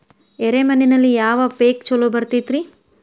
ಎರೆ ಮಣ್ಣಿನಲ್ಲಿ ಯಾವ ಪೇಕ್ ಛಲೋ ಬರತೈತ್ರಿ?